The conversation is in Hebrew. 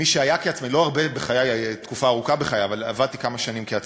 לא תקופה ארוכה בחיי, אבל עבדתי כמה שנים כעצמאי,